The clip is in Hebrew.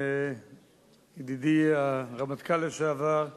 ידידי הרמטכ"ל לשעבר,